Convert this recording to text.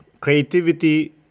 creativity